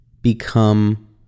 become